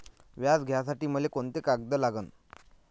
व्याज घ्यासाठी मले कोंते कागद लागन?